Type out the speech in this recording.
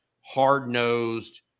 hard-nosed